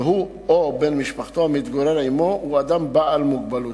והוא או בן-משפחתו המתגורר עמו הוא אדם בעל מוגבלות.